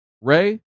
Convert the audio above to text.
Ray